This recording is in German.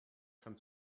kann